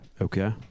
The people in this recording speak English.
Okay